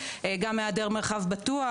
גם היעדר מרחב בטוח,